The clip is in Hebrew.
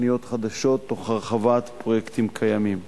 תוכניות חדשות, תוך הרחבת פרויקטים קיימים.